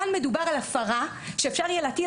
כאן מדובר על הפרה שאפשר יהיה להטיל